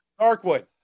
Darkwood